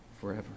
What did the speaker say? forever